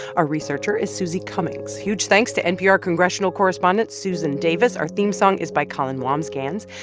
our researcher is susie cummings. huge thanks to npr congressional correspondent susan davis. our theme song is by colin wambsgans.